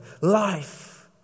life